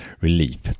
relief